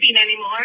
anymore